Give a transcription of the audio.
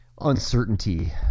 uncertainty